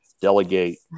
delegate